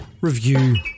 review